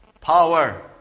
power